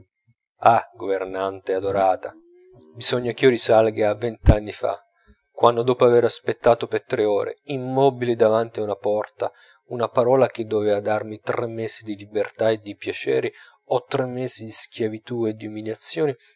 ah governante adorata bisogna ch'io risalga a vent'anni fa quando dopo aver aspettato per tre ore immobile davanti a una porta una parola che doveva darmi tre mesi di libertà e di piaceri o tre mesi di schiavitù